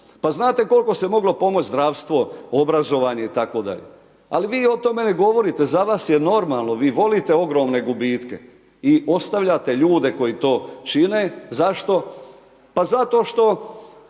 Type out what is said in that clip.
Pa znate koliko se moglo pomoć zdravstvo, obrazovanje itd., ali vi o tome ne govorite za vas je normalno vi volite ogromne gubitke i ostavljate ljude koji to čine, zašto, pa zato što